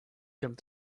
jump